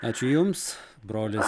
ačiū jums brolis